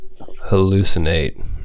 hallucinate